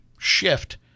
shift